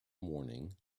morning